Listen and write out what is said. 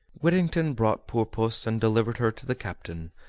whittington brought poor puss and delivered her to the captain,